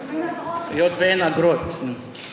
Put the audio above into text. אם אין אגרות, אין אגרות, היות שאין אגרות.